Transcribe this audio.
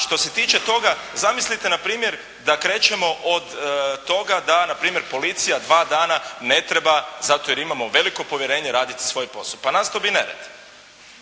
što se tiče toga, zamislite npr. da krećemo od toga da npr. policija dva dana ne treba, zato jer imamo veliko povjerenje, raditi svoj posao. Pa nastao bi nered.